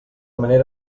manera